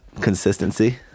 Consistency